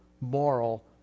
moral